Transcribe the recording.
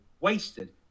Wasted